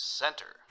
center